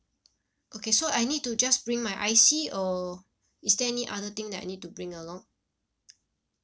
okay so I need to just bring my I_C or is there any other thing that I need to bring along